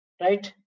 Right